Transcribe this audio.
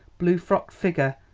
blue-frocked figure,